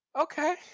Okay